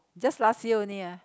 just last year only ah